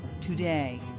today